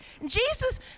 Jesus